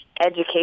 education